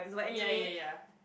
ya ya ya